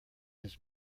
his